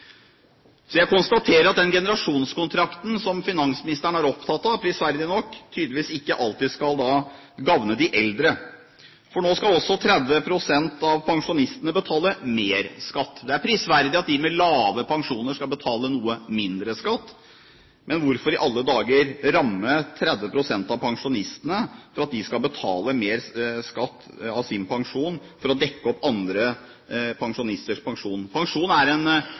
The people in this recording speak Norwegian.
Jeg konstaterer at den generasjonskontrakten som finansministeren er opptatt av, prisverdig nok, tydeligvis ikke alltid skal gagne de eldre, for nå skal også 30 pst. av pensjonistene betale mer skatt. Det er prisverdig at de med lave pensjoner skal betale noe mindre skatt, men hvorfor i alle dager ramme 30 pst. av pensjonistene ved at de skal betale mer skatt av sin pensjon for å dekke opp andre pensjonisters pensjon? Pensjon er en